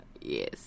Yes